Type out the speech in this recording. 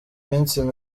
minsi